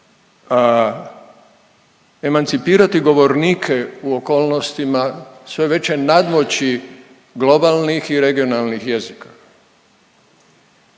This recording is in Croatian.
emancipirati govornike u okolnostima sve veće nadmoći globalnih i regionalnih jezika,